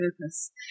purpose